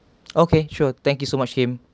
okay sure thank you so much Kim